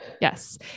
yes